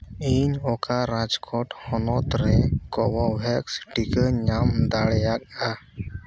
ᱤᱧ ᱚᱠᱟ ᱨᱟᱡᱽᱠᱳᱴ ᱦᱚᱱᱚᱛ ᱨᱮ ᱠᱳᱵᱷᱳᱵᱷᱮᱠᱥ ᱴᱤᱠᱟᱹᱧ ᱧᱟᱢ ᱫᱟᱲᱮᱭᱟᱜᱼᱟ